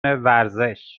ورزش